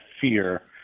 fear